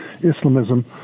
Islamism